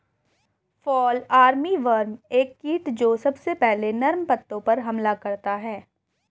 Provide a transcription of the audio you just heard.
fall armyworm एक कीट जो सबसे पहले नर्म पत्तों पर हमला करता है